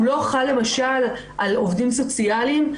הוא לא חל למשל על עובדים סוציאליים.